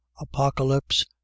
apocalypse